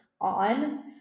on